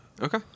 Okay